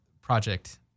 project